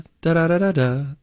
Da-da-da-da-da